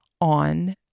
on